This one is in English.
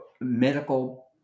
medical